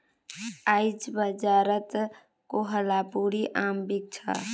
आईज बाजारत कोहलापुरी आम बिक छ